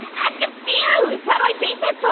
i'm confused, how do i beat this